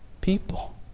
people